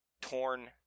torn